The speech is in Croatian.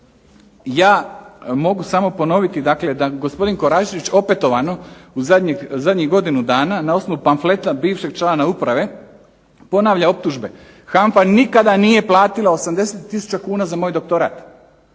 ja mogu samo ponoviti da gospodin Koračević opetovano u zadnjih godinu dana na osnovu pamfleta bivšeg člana uprave ponavlja optužbe. HANFA nikada nije platila 80 tisuća kn za moj doktorat,